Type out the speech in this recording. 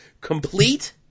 complete